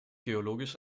geologisch